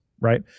right